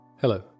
Hello